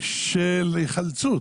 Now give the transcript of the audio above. של היחלצות